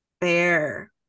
Fair